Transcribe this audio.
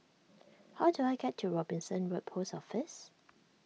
how do I get to Robinson Road Post Office